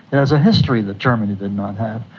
there's a history that germany did not have.